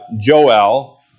Joel